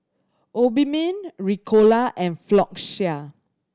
Obimin Ricola and Floxia